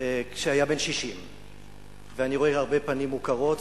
כשהיה בן 60. אני רואה הרבה פנים מוכרות,